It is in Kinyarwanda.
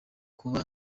kuba